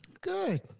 Good